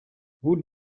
wood